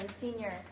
senior